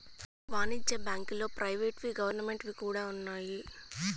వాణిజ్య బ్యాంకుల్లో ప్రైవేట్ వి గవర్నమెంట్ వి కూడా ఉన్నాయి